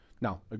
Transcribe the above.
Now